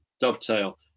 dovetail